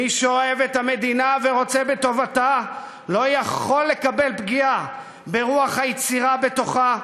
מי שאוהב את המדינה ורוצה בטובתה לא יכול לקבל פגיעה ברוח היצירה בתוכה,